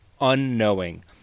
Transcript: unknowing